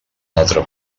altre